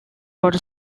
wrote